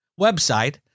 website